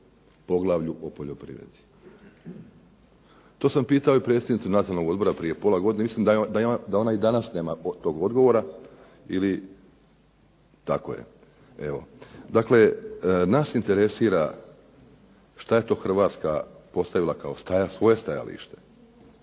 poglavlju o poljoprivredi? To sam pitao i predsjednicu Nacionalnog odbora prije pola godine, mislim da ona i danas nema toga odgovora. Tako je. Dakle, nas interesira, što je to Hrvatska postavila kao svoje stajalište?